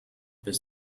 bis